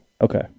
Okay